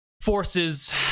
forces